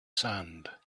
sand